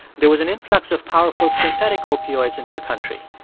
there was an influx of powerful synthetic opioids into the country.